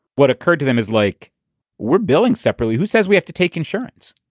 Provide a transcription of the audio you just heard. what occurred to them is like we're billing separately, who says we have to take insurance?